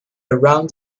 around